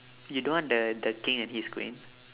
you don't want the the king and his queen